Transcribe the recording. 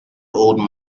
old